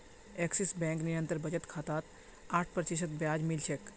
axis bank निरंतर बचत खातात आठ प्रतिशत ब्याज मिल छेक